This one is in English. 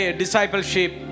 discipleship